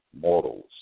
mortals